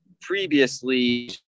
previously